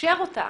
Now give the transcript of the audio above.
תאפשר אותה.